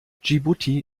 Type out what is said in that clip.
dschibuti